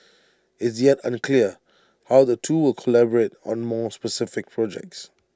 it's yet unclear how the two will collaborate on more specific projects